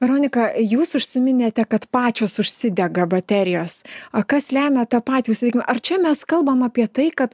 veronika jūs užsiminėte kad pačios užsidega baterijos o kas lemia tą patį sakykim ar čia mes kalbam apie tai kad